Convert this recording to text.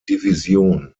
division